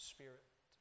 Spirit